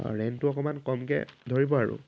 অঁ ৰেণ্টটো অকমান ক'মকৈ ধৰিব আৰু